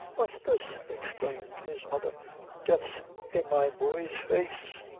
what's this? exclaimed his mother death's in my boy's face!